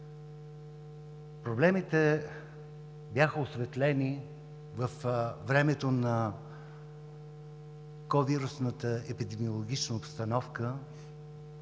Проблемите бяха осветлени във времето на COVID-вирусната епидемиологична обстановка.